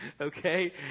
okay